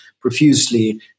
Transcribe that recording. profusely